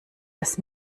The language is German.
das